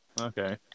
Okay